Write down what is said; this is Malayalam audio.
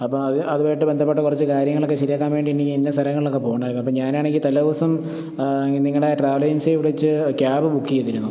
അപ്പോള് അത് അതുമായിട്ട് ബന്ധപ്പെട്ട കുറച്ച് കാര്യങ്ങളൊക്കെ ശരിയാക്കാൻ വേണ്ടി ഇനി ഇന്ന സ്ഥലങ്ങളിലൊക്കെ പോകണം ആയിരുന്നു അപ്പോള് ഞാനാണങ്കില് തലേ ദിവസം നിങ്ങളുടെ ട്രാവലേജൻസിയെ വിളിച്ച് ക്യാബ് ബുക്ക് ചെയ്തിരുന്നു